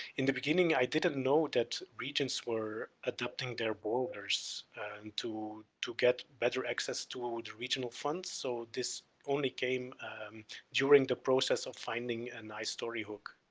in the beginning i didn't know that regions were adapting their borders and to, to get better access to old regional funds, so this only came during the process of finding a nice story hook.